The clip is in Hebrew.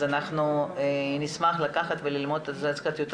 אז אנחנו נשמח לקחת וללמוד את זה קצת יותר